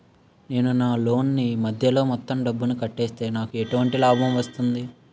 నేను నా లోన్ నీ మధ్యలో మొత్తం డబ్బును కట్టేస్తే నాకు ఎటువంటి లాభం వస్తుంది?